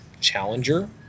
challenger